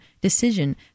Decision